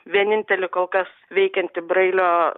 vienintelį kol kas veikiantį brailio